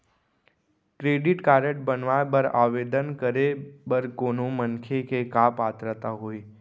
Credit card बनवाए बर आवेदन करे बर कोनो मनखे के का पात्रता होही?